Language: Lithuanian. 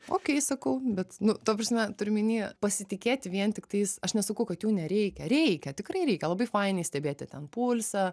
okei sakau bet nu ta prasme turiu omeny pasitikėti vien tiktais aš nesakau kad jų nereikia reikia tikrai reikia labai fainiai stebėti ten pulsą